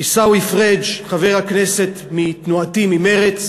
עיסאווי פריג', חבר הכנסת מתנועתי, ממרצ,